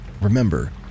remember